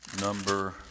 number